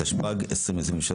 התשפ"ג-2023.